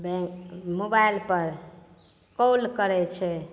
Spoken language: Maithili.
बैंक मोबाइलपर कौल करै छै